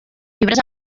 fibres